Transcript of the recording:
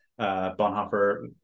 Bonhoeffer